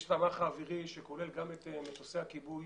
יש את המך האווירי שכולל גם את מטוסי הכיבוי